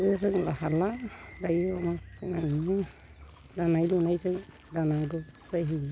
रोंला हाला दायो अमा फिनानै दानाय लुनायजों दानांगौ जाहैयो